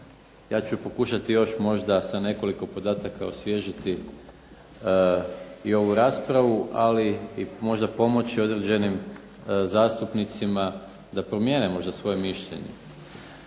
ja ću pokušati još možda sa nekoliko podataka osvježiti i ovu raspravu. Ali i možda pomoći određenim zastupnicima da promijene možda svoje mišljenje.